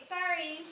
Sorry